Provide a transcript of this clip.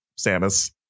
Samus